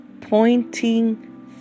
pointing